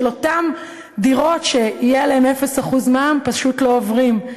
אותן דירות שיהיה עליהן 0% מע"מ פשוט לא עוברים?